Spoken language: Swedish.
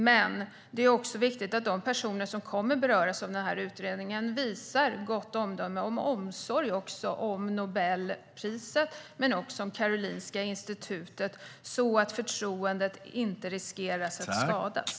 Men det är också viktigt att de personer som kommer att beröras av utredningen visar gott omdöme och även omsorg om Nobelpriset och Karolinska Institutet, så att förtroendet inte riskerar att skadas.